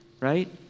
right